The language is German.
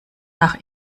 nach